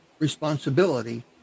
responsibility